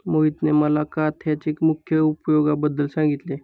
मोहितने मला काथ्याच्या मुख्य उपयोगांबद्दल सांगितले